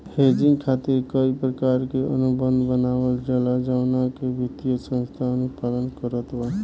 hedging खातिर कई प्रकार के अनुबंध बनावल जाला जवना के वित्तीय संस्था अनुपालन करत बा